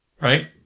right